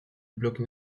bloc